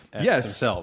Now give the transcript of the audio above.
Yes